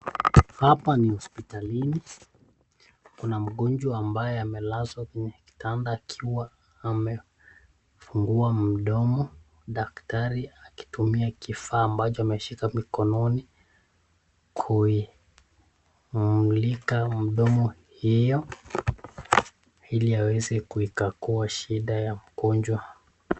Hapa ni hospitalini, kuna mgonjwa ambaye amelazwa kwenye kitanda akiwa amefungua mdomo; daktari akitumia kifaa ambaco ameshika mikononi kuimulika mdomo hiyo ili aweze kuikagua shida ya mgonjwa.